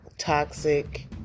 Toxic